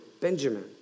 Benjamin